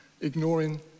ignoring